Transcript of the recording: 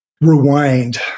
rewind